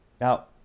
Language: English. now